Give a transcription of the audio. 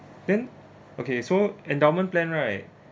then okay so endowment plan right